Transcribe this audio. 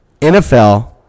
NFL